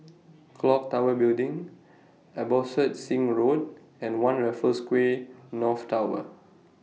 Clock Tower Building Abbotsingh Road and one Raffles Quay North Tower